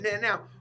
Now